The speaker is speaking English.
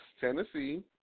Tennessee